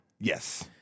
Yes